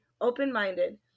open-minded